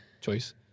choice